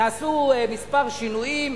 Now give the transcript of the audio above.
נעשו כמה שינויים.